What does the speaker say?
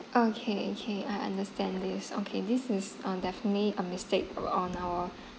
okay okay I understand this okay this is uh definitely a mistake on our